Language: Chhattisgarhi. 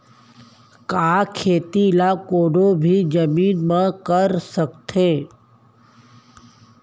का खेती ला कोनो भी जमीन म कर सकथे?